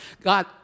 God